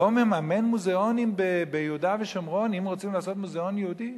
לא מממן מוזיאונים ביהודה ושומרון אם רוצים לעשות מוזיאון יהודי.